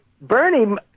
Bernie